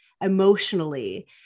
emotionally